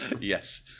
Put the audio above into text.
Yes